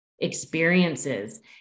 Experiences